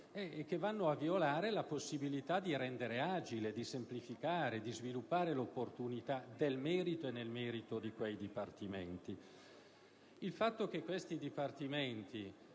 che violano la possibilità di rendere agile, semplificare e sviluppare l'opportunità del merito e nel merito di quei dipartimenti.